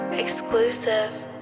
Exclusive